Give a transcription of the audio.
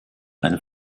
eine